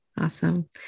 Awesome